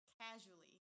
casually